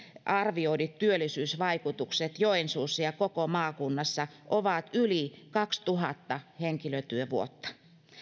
arvioidut työllisyysvaikutukset joensuussa ja koko maakunnassa ovat yli kaksituhatta henkilötyövuotta